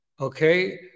okay